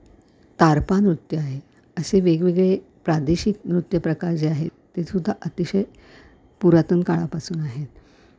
तारपा नृत्य आहे असे वेगवेगळे प्रादेशिक नृत्य प्रकार जे आहेत तेसुद्धा अतिशय पुरातन काळापासून आहे